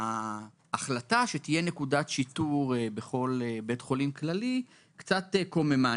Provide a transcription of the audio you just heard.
ההחלטה שתהיה נקודת שיטור בכל בית חולים כללי קצת קוממה,